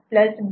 B'